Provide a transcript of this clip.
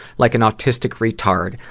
like an autistic retard.